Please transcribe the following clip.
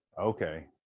Okay